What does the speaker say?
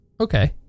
Okay